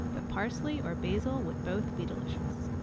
but parsley or basil would both be delicious.